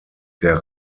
der